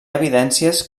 evidències